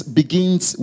begins